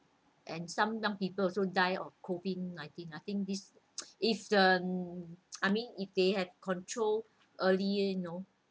and some dumb people also die because of COVID nineteen I think this if the I mean if they had control early you know